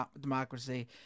democracy